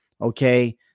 okay